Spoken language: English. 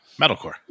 Metalcore